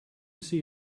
see